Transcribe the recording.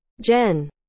Jen